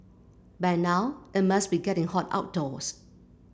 by now it must be getting hot outdoors